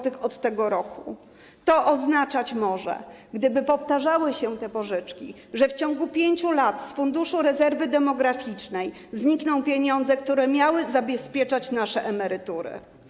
To może oznaczać, gdyby powtarzały się te pożyczki, że w ciągu 5 lat z Funduszu Rezerwy Demograficznej znikną pieniądze, które miały zabezpieczać nasze emerytury.